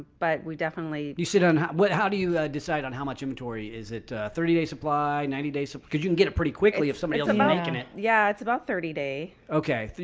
but we definitely you sit on what how do you decide on how much inventory is it? thirty day supply ninety day so good. you can get it pretty quickly. if somebody isn't making it. yeah, it's about thirty day, okay.